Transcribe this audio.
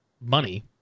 money